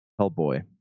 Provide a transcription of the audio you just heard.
Hellboy